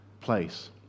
place